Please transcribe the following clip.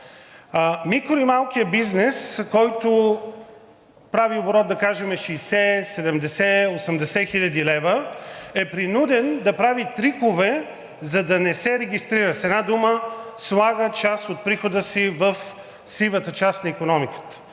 Микро- и малкият бизнес, който прави оборот, да кажем, 60, 70, 80 хил. лв., е принуден да прави трикове, за да не се регистрира. С една дума – слага част от прихода си в сивата част на икономиката.